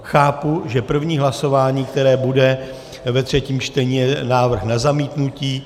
Chápu, že první hlasování, které bude ve třetím čtení, je návrh na zamítnutí.